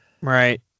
right